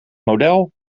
model